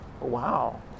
wow